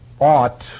ought